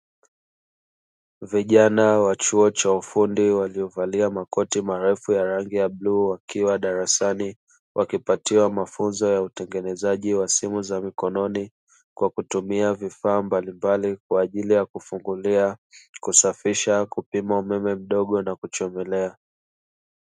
Vijana wa chuo cha ufundi waoliovalia makoti marefu ya rangi ya bluu, wakiwa darasani wakipatiwa mafunzo ya utengenezaji wa simu za mkononi, kwa kutumia vifaa mbalimbali kwa ajili ya kufungulia, kusafisha, kupima umeme mdogo na kuchomelea.